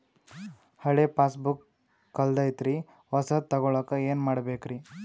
ಹಳೆ ಪಾಸ್ಬುಕ್ ಕಲ್ದೈತ್ರಿ ಹೊಸದ ತಗೊಳಕ್ ಏನ್ ಮಾಡ್ಬೇಕರಿ?